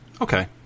Okay